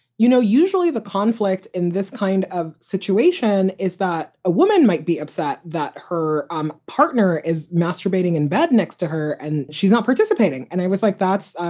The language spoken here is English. you know, usually the conflict in this kind of situation is that a woman might be upset that her um partner is masturbating in bed next to her and she's not participating. and i was like, that's,